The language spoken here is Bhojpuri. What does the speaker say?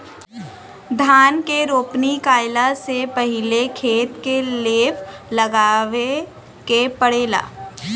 धान के रोपनी कइला से पहिले खेत के लेव लगावे के पड़ेला